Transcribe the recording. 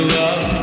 love